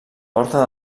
porta